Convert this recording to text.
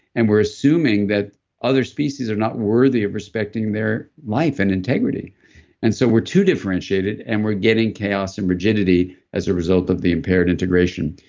and we're assuming that other species are not worthy of respecting their life and integrity so we're too differentiated, and we're getting chaos and rigidity as a result of the impaired integration.